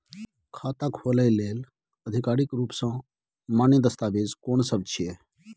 खाता खोले लेल आधिकारिक रूप स मान्य दस्तावेज कोन सब छिए?